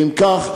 אם כך,